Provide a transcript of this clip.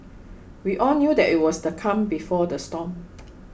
we all knew that it was the calm before the storm